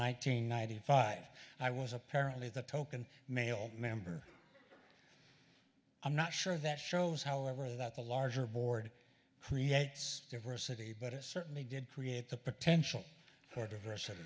hundred ninety five i was apparently the token male member i'm not sure that shows however that the larger board creates diversity but it certainly did create the potential for diversity